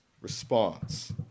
response